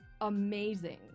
amazing